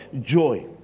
joy